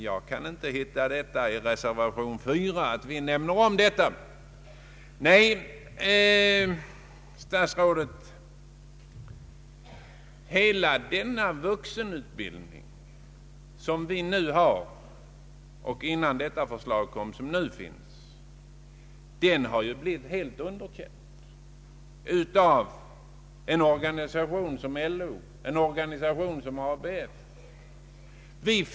Jag kan inte finna att vi i reservation 4 nämner någonting om detta. Den vuxenutbildning som vi nu har — innan det föreliggande förslaget lades fram — har, herr statsråd, blivit helt underkänd av sådana organisationer som LO och ABF.